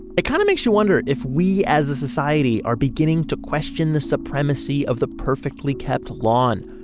it kind of makes you wonder if we, as a society, are beginning to question the supremacy of the perfectly-kept lawn.